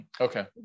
Okay